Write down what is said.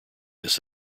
this